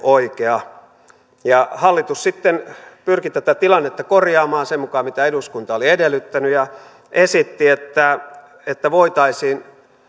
oikea hallitus sitten pyrki tätä tilannetta korjaamaan sen mukaan mitä eduskunta oli edellyttänyt ja esitti että että voitaisiin